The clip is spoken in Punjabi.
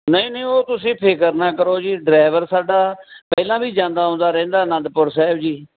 ਨਹੀਂ ਨਹੀਂ ਉਹ ਤੁਸੀਂ ਫਿਕਰ ਨਾ ਕਰੋ ਜੀ ਡਰਾਈਵਰ ਸਾਡਾ ਪਹਿਲਾਂ ਵੀ ਜਾਂਦਾ ਆਉਂਦਾ ਰਹਿੰਦਾ ਅਨੰਦਪੁਰ ਸਾਹਿਬ ਜੀ